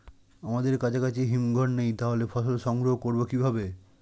আমাদের কাছাকাছি হিমঘর নেই তাহলে ফসল সংগ্রহ করবো কিভাবে?